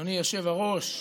אדוני היושב-ראש,